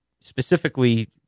Specifically